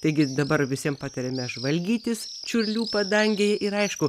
taigi dabar visiem patariame žvalgytis čiurlių padangėj ir aišku